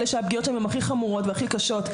אלה שהפגיעות בהם הן הכי חמורות והכי קשות,